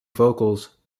vocals